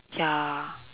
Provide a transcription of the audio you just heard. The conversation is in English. ya